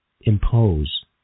impose